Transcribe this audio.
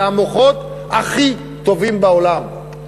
זה המוחות הכי טובים בעולם.